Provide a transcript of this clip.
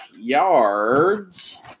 yards